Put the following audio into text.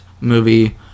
movie